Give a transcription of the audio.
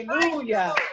Hallelujah